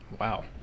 Wow